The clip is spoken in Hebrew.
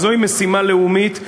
וזוהי משימה לאומית,